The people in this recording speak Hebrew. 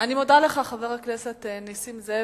אני מודה לך, חבר הכנסת נסים זאב.